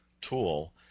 tool